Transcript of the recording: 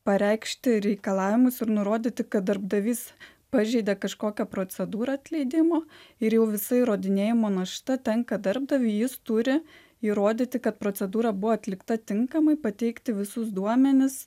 pareikšti reikalavimus ir nurodyti kad darbdavys pažeidė kažkokią procedūrą atleidimo ir jau visa įrodinėjimo našta tenka darbdaviui jis turi įrodyti kad procedūra buvo atlikta tinkamai pateikti visus duomenis